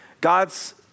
God's